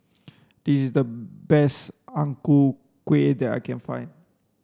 This is the best Ang Ku Kueh that I can find